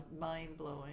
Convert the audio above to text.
mind-blowing